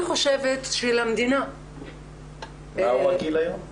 מה הגיל היום?